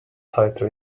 tighter